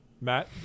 Matt